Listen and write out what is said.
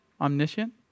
Omniscient